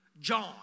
John